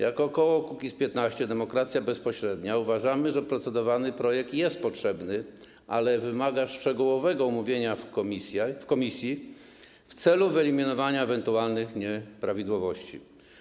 Jako koło Kukiz’15 - Demokracja Bezpośrednia uważamy, że procedowany projekt jest potrzebny, ale wymaga szczegółowego omówienia w komisji w celu wyeliminowania ewentualnych nieprawidłowości.